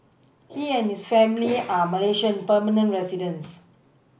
he and his family are Malaysian permanent residents